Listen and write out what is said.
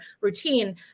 routine